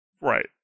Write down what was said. right